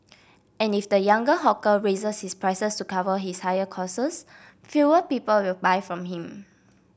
and if the younger hawker raises his prices to cover his higher costs fewer people will buy from him